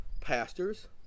pastors